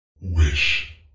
wish